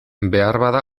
beharbada